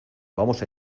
vamos